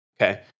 okay